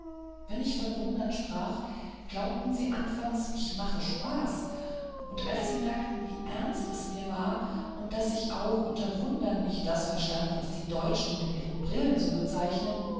wenn ich von wundern sprach glaubten sie anfangs ich mache spaß und als sie merkten wie ernst es mir war und daß ich auch unter wundern nicht das verstand was die deutschen mit ihren brillen so bezeichnen